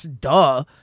duh